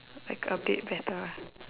like a bit better